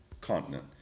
continent